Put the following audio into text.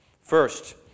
First